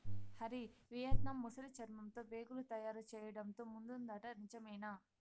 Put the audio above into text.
Hari, Vietnam ముసలి చర్మంతో బేగులు తయారు చేయడంతో ముందుందట నిజమేనా